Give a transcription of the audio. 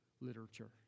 literature